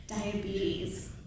diabetes